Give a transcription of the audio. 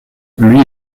lui